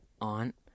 aunt